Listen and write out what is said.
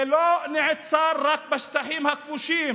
זה לא נעצר רק בשטחים הכבושים